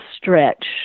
stretch